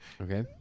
okay